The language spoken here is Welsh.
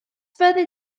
fyddi